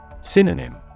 Synonym